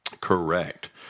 correct